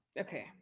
okay